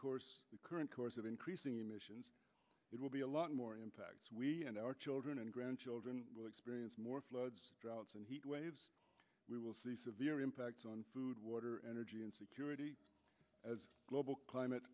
course the current course of increasing emissions it will be a lot more impact and our children and grandchildren will experience more floods droughts and heatwaves we will see severe impacts on food water energy and security as global climate